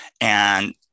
And-